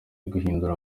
guhindura